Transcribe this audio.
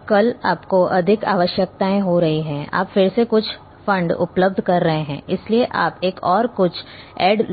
अब कल आपको अधिक आवश्यकताएं हो रही हैं आप फिर से कुछ फंड उपलब्ध कर रहे हैं इसलिए आप एक और कुछ ऐड